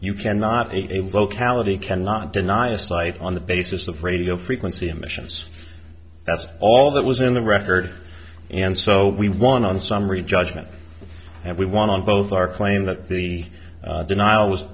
you cannot locality cannot deny a site on the basis of radio frequency emissions that's all that was in the record and so we won on summary judgment and we won on both our claim that the denial was